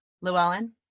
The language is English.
Llewellyn